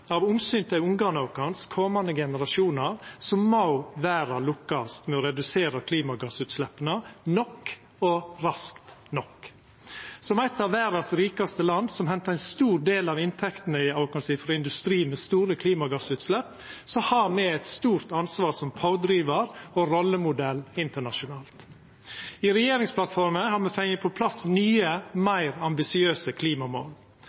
Av omsyn til ungane våre, komande generasjonar, må verda lukkast med å redusera klimagassutsleppa – nok og raskt nok. Som eit av verdas rikaste land, som hentar ein stor del av inntektene våre frå industri med store klimagassutslepp, har me eit stort ansvar som pådrivar og rollemodell internasjonalt. I regjeringsplattforma har me fått på plass nye, meir ambisiøse klimamål.